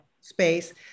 space